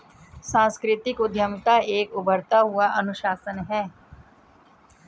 सांस्कृतिक उद्यमिता एक उभरता हुआ अनुशासन है